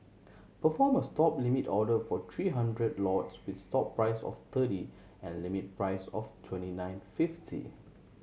perform a Stop limit order for three hundred lots with stop price of thirty and limit price of twenty nine fifty